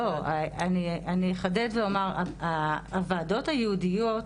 לא, אני אחדד ואומר, הוועדות הייעודיות